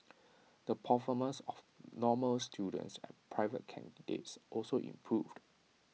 the performance of normal students and private candidates also improved